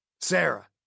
Sarah